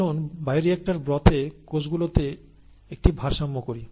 আসুন বায়োরিক্টর ব্রথে কোষগুলোতে একটি ভারসাম্য করি